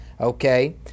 okay